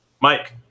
Mike